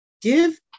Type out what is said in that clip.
Give